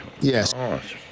Yes